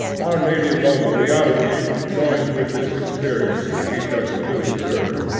our native love of reality joins with this experience to teach us a little reserve,